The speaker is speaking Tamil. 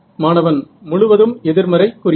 மாணவன் முழுவதும் எதிர்மறை குறியா